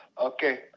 Okay